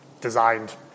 designed